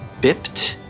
bipped